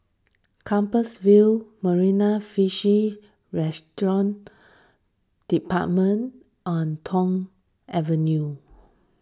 Compassvale Marina Fish Restaurant Department and Thong Avenue